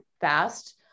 fast